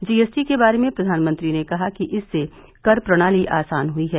GST के बारे में प्रधानमंत्री ने कहा कि इससे कर प्रणाली आसान हई है